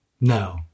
no